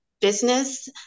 business